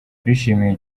bishimiye